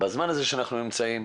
בזמן הזה שאנחנו נמצאים.